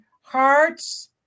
hearts